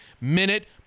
minute